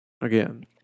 Again